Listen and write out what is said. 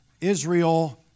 Israel